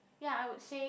ya I would say